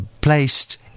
Placed